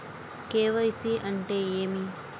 KYC అంటే ఏమి?